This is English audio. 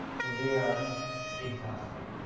so, they are exhaustive,